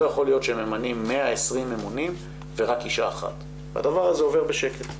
לא יכול להיות שממנים 120 ממונים ורק אישה אחת והדבר הזה עובר בשקט,